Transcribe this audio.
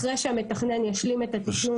לאחר שהמתכנן ישלים את התכנון